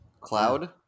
cloud